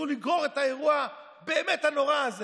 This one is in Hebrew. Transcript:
חבורת צבועים, חבורת דו-פרצופיים.